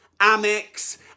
Amex